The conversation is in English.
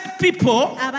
people